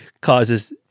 causes